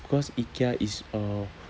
because ikea is uh